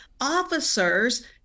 Officers